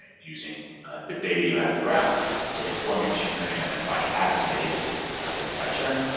using the data you have in the graph to inform your machine learning and then finding patterns of behavior that can identify churn.